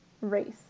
race